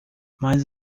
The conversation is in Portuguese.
mas